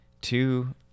two